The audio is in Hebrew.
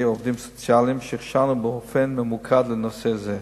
עובדים סוציאליים שהכשרנו באופן ממוקד לנושא זה.